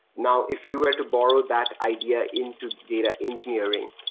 now if you were to borrow that idea into data engineering,